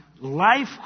life